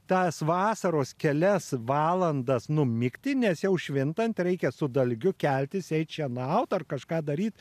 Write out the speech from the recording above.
tas vasaros kelias valandas numigti nes jau švintant reikia su dalgiu keltis eit šienaut ar kažką daryt